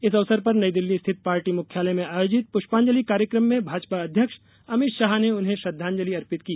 इस अवसर पर नई दिल्ली स्थित पार्टी मुख्यालय में आयोजित पुष्पांजलि कार्यक्रम में भाजपा अध्यक्ष अमित शाह ने उन्हें श्रद्धांजलि अर्पित की